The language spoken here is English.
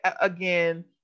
Again